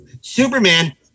Superman